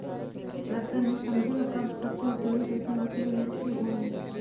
tractor निस्संदेह उपलब्ध सबसे उपयोगी कृषि मशीन में से एगो हइ